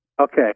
Okay